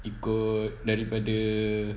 ikut daripada